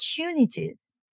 opportunities